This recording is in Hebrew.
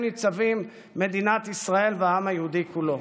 ניצבים מדינת ישראל והעם היהודי כולו.